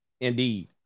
Indeed